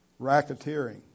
racketeering